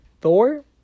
Thor